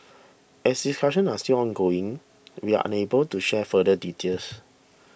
as discussions are still ongoing we are unable to share further details